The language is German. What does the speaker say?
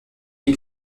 die